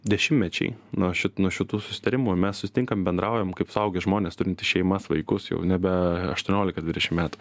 dešimtmečiai nuo šit nuo šitų susitarimų mes susitinkam bendraujam kaip suaugę žmonės turintys šeimas vaikus jau nebe aštuoniolika dvidešim metų